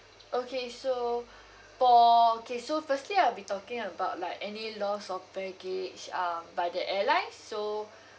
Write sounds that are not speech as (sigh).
okay so (breath) for okay so firstly I'll be talking about like any loss of baggage um by the airlines so (breath)